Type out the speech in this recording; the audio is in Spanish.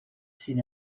sin